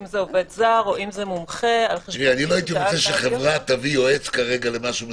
אם זה עובד זר או מומחה- -- לא הייתי רוצה שחברה תביא למשהו מסוים,